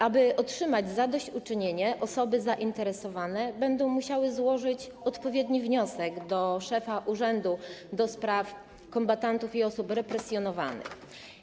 Aby otrzymać zadośćuczynienie, osoby zainteresowane będą musiały złożyć odpowiedni wniosek do szefa Urzędu do Spraw Kombatantów i Osób Represjonowanych.